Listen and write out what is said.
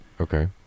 Okay